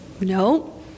No